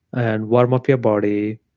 and warm up your body,